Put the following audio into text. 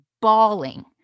bawling